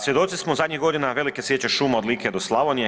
Svjedoci smo zadnjih godina velike sječe šuma od Like do Slavonije.